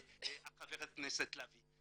חברת הכנסת לביא,